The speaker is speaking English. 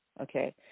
Okay